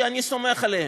כי אני סומך עליהם,